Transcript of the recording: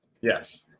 Yes